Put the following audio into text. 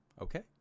Okay